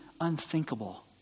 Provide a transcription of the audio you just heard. unthinkable